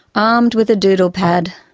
armed with a doodle pad.